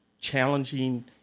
challenging